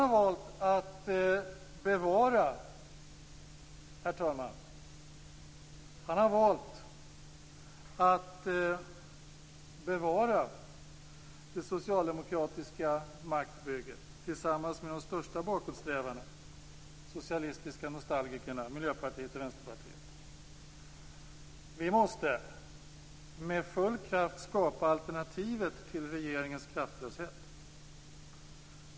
Göran Persson har valt att bevara det socialdemokratiska maktbygget tillsammans med de största bakåtsträvarna, de socialistiska nostalgikerna Miljöpartiet och Vänsterpartiet. Vi måste med full kraft skapa alternativet till regeringens kraftlöshet.